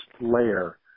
layer